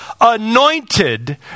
anointed